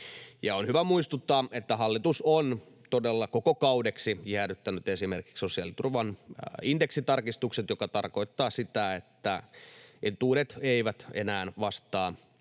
on hyvä muistuttaa, että hallitus on todella jäädyttänyt esimerkiksi sosiaaliturvan indeksitarkistukset koko kaudeksi, mikä tarkoittaa sitä, että etuudet eivät enää vastaa